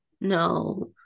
no